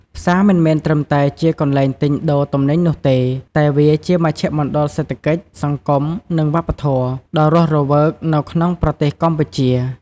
ផ្សារមិនមែនត្រឹមតែជាកន្លែងទិញដូរទំនិញនោះទេ តែវាជាមជ្ឈមណ្ឌលសេដ្ឋកិច្ច សង្គម និងវប្បធម៌ ដ៏រស់រវើកនៅក្នុងប្រទេសកម្ពុជា។